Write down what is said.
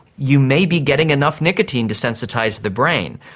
you may be getting enough nicotine to sensitise the brain.